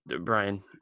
Brian